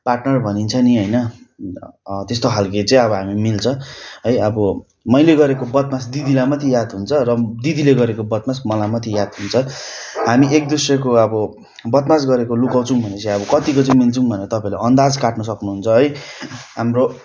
partner भनिन्छ नि होइन अन्त त्यस्तै खाले चाहिँ हामी मिल्छ है अब मैले गरेको बदमास दिदीलाई मात्रै याद हुन्छ र दिदीले गरेको बदमास मलाई मात्रै याद हुन्छ हामी एक दोस्रोको अब बदमास गरेको लुकाउँछौँ भने चाहिँ अब कतिको चाहिँ मिल्छौँ भने तपाईँले अन्दाज काट्न सक्नु हुन्छ है हाम्रो